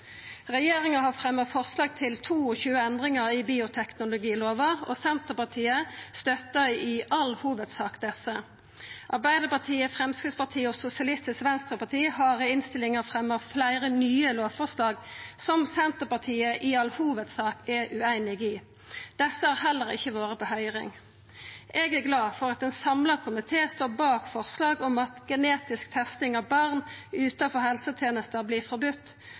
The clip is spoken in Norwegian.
Regjeringa har fremja forslag til 22 endringar i bioteknologilova, og Senterpartiet støttar i all hovudsak desse. Arbeidarpartiet, Framstegspartiet og Sosialistisk Venstreparti har i innstillinga fremja fleire nye lovforslag, som Senterpartiet i all hovudsak er ueinig i. Desse har heller ikkje vore ute på høyring. Eg er glad for at ein samla komité står bak forslaga til vedtak om at genetisk testing av barn utanfor